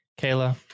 Kayla